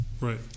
right